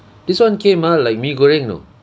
this one came ah like mee goreng you know